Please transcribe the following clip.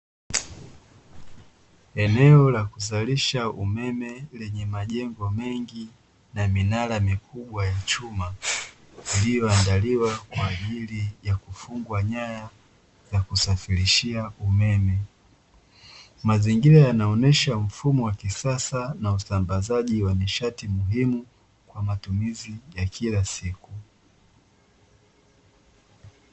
Eneo la kuzalisha umeme lenye majengo mengi na minara mikubwa ya chuma, iliyo andaliwa kwaajili ya kufungwa nyaya za kusafirishia umeme. mazingira yanaonesha mfumo wa kisasa na usambazaji wa nishati muhimu kwa matumizi ya kila siku.